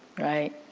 right.